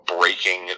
breaking